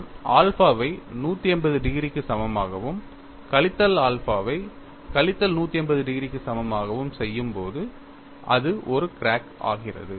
நான் ஆல்பாவை 180 டிகிரிக்கு சமமாகவும் கழித்தல் ஆல்பாவை கழித்தல் 180 டிகிரிக்கு சமமாகவும் செய்யும்போது அது ஒரு கிராக் ஆகிறது